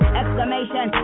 exclamation